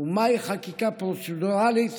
ומהי החקיקה פרוצדורלית